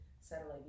Satellite